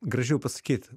gražiau pasakyt